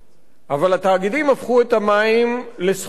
אבל התאגידים הפכו את המים לסחורה,